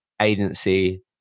agency